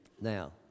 Now